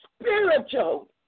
spiritual